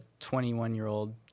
21-year-old